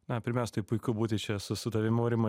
na pirmiausia tai puiku būti čia su su tavim aurimai